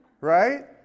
Right